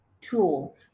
tool